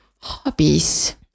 Hobbies